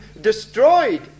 destroyed